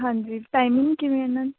ਹਾਂਜੀ ਟਾਈਮਿੰਗ ਕਿਵੇਂ ਇਹਨਾਂ ਦੀ